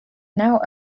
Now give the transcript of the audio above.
now